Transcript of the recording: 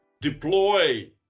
deploy